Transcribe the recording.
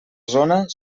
zona